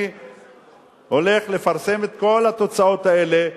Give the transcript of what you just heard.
אני הולך לפרסם את כל התוצאות האלה,